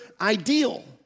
ideal